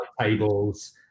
tables